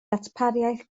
darpariaeth